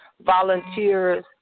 volunteers